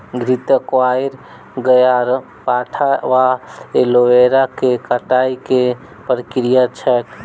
घृतक्वाइर, ग्यारपाठा वा एलोवेरा केँ कटाई केँ की प्रक्रिया छैक?